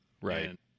Right